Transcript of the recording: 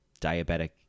diabetic